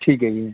ਠੀਕ ਹੈ ਜੀ